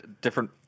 different